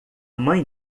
mãe